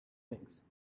things